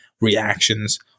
reactions